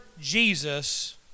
Jesus